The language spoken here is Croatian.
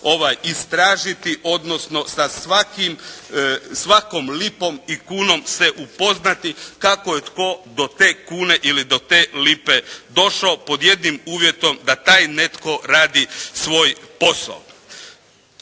istražiti, odnosno sa svakom lipom i kunom se upoznati kako je tko do te kune ili do lipe došao, pod jednim uvjetom da taj netko radi svoj posao.